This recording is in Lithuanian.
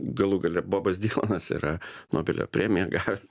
galų gale bobas dilanas yra nobelio premiją gavęs